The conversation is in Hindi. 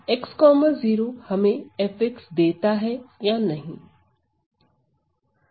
ux0 हमें f देता है या नहीं